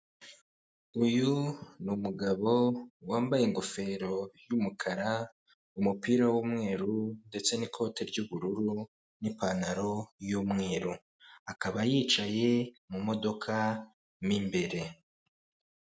Uyu ni umugabo wambaye ingofero y'umukara umupira w'umweru ndetse n'ikote ry'ubururu n'ipantaro y'umweru, akaba yicaye mu modoka mu imbere.